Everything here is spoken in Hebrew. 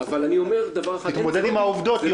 תתמודד עם העובדות,